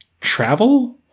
travel